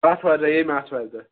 اَتھوارِ دۄہ ییٚمہِ اَتھوارِدۅہ